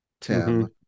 Tim